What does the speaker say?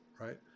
right